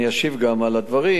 אני גם אשיב על הדברים,